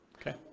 Okay